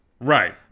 Right